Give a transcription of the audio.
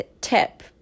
tip